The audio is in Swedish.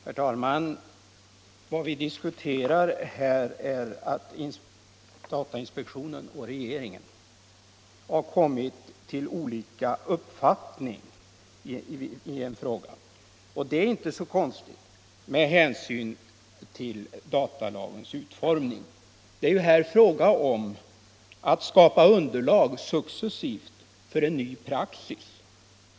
Herr talman! Vad vi här diskuterar är att datainspektionen och regeringen har kommit till olika uppfattningar i en fråga. Det läget är inte så konstigt med hänsyn till datalagens utformning. Det gäller här att successivt skapa underlag för en ny praxis.